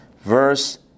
Verse